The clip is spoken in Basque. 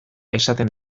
esaten